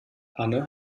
anne